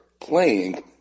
playing